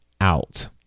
Out